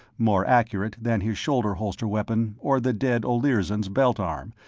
more accurate than his shoulder-holster weapon or the dead olirzon's belt arm,